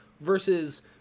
versus